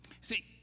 See